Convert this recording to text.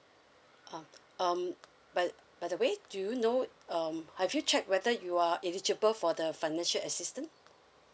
um um by by the way do you know um have you check whether you are eligible for the financial assistance